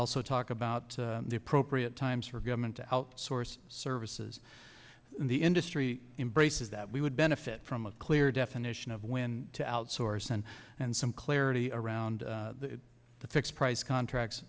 also talk about the appropriate times for government to outsource services in the industry embraces that we would benefit from a clear definition of when to outsource and and some clarity around the fixed price contracts